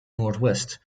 northwest